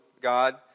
God